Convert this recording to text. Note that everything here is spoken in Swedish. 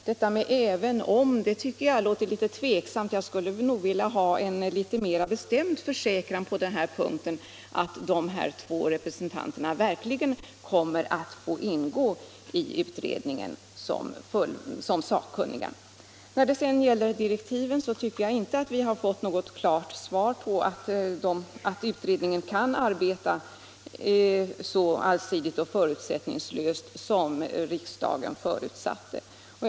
Denna reservation gör mig litet tveksam, och jag skulle nog gärna vilja ha en litet mera bestämd försäkran om att dessa två representanter verkligen kommer att få ingå i utredningen som sakkunniga. När det sedan gäller direktiven tycker jag inte att vi har fått klart besked på frågan om utredningen kan arbeta så allsidigt och förutsättningslöst som riksdagen utgick ifrån.